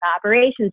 operations